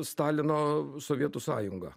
stalino sovietų sąjunga